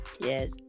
Yes